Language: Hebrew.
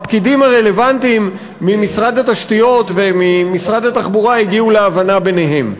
הפקידים הרלוונטיים ממשרד התשתיות וממשרד התחבורה הגיעו להבנה ביניהם.